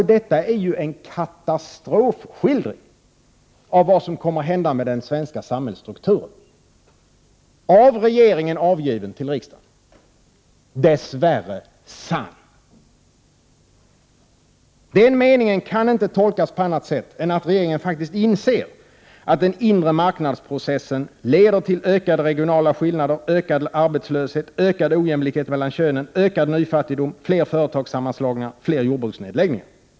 Detta är ju en katastrofskildring av vad som kommer att hända med den svenska samhällsstrukturen, av regeringen avgiven till riksdagen — dess värre sann. Den meningen kan inte tolkas på annat sätt än att regeringen faktiskt inser att den inre marknadsprocessen leder till ökade regionala skillnader, ökad arbetslöshet, ökad ojämlikhet mellan könen, ökad nyfattigdom, fler företagssammanslagningar, fler jordbruksnedläggningar.